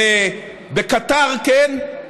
בקטאר כן,